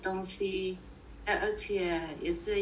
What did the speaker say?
then 而且也是要